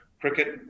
Cricket